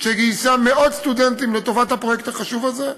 שגייסה מאות סטודנטים לטובת הפרויקט החשוב הזה.